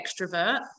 extrovert